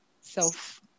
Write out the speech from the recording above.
self